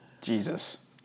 Jesus